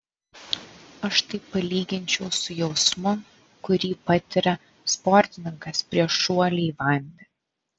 aš tai palyginčiau su jausmu kurį patiria sportininkas prieš šuolį į vandenį